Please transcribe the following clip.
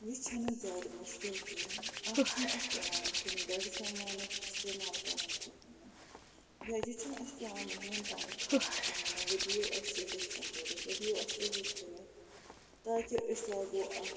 یہِ چھَنہٕ زیادٕ مُشکِل کینٛہہ اَتھ چھِنہٕ اَسہِ پٮ۪وان کُنہِ بَڑِ سَمانُک اِستعمال کَرُن کِہیٖنۍ نہٕ یا یہِ چھُنہٕ اَسہِ پٮ۪وان مٔہنِوٮ۪ن تامَتھ تھاوُن کِہیٖنۍ نہٕ وۄنۍ دِیِو اَسہِ شِہرِتھ سَمبٲلِتھ وۄنۍ دِیِو اَسہِ تُہۍ یہِ کھٔنِتھ تاکہِ أسۍ لاگو اَتھ